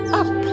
up